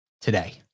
today